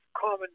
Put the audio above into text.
common